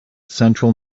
central